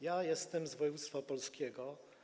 Ja jestem z województwa opolskiego.